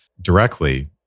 directly